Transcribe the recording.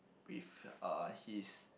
with uh his